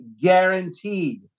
guaranteed